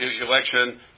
election